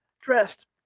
dressed